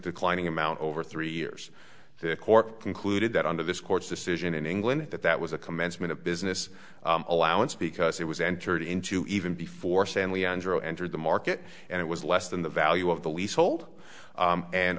declining amount over three years to court concluded that under this court's decision in england that that was a commencement of business allowance because it was entered into even before san leandro entered the market and it was less than the value of the lease hold